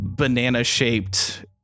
Banana-shaped